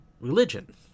religion